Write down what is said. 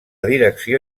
direcció